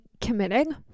committing